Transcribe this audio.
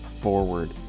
forward